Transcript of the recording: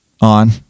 on